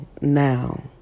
now